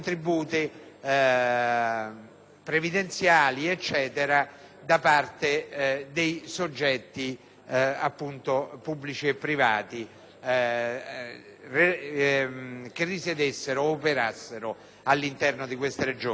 previdenziali per i soggetti pubblici e privati che risiedessero o operassero all'interno di queste Regioni nelle aree colpite dal terremoto.